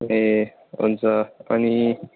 ए हुन्छ अनि